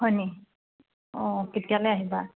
হয়নি অঁ কেতিয়ালে আহিবা